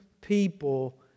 people